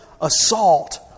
assault